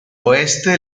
oeste